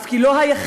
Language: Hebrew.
אף כי לא היחיד,